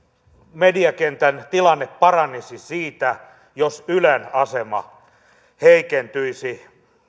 mediakentän tilanne paranisi siitä jos ylen asema heikentyisi